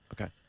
Okay